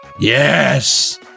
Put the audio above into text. Yes